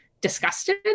disgusted